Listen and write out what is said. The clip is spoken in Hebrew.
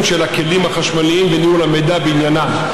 של הכלים החשמליים וניהול המידע בעניינם,